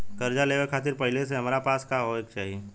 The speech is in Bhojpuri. कर्जा लेवे खातिर पहिले से हमरा पास का होए के चाही?